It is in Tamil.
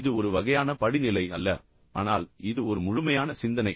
இது ஒரு வகையான படிநிலை அல்ல ஆனால் இது ஒரு முழுமையான சிந்தனை